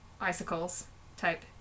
icicles-type